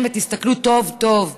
תסתכלו על עצמכם, ותסתכלו טוב-טוב.